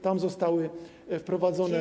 Tam zostały wprowadzone.